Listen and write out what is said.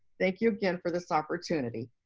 thank you again for this opportunity.